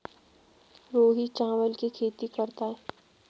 रोहित चावल की खेती करता है